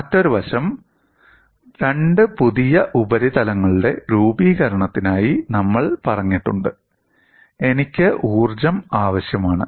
മറ്റൊരു വശം രണ്ട് പുതിയ ഉപരിതലങ്ങളുടെ രൂപീകരണത്തിനായി നമ്മൾ പറഞ്ഞിട്ടുണ്ട് എനിക്ക് ഊർജ്ജം ആവശ്യമാണ്